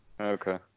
okay